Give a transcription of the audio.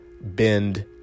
bend